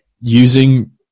using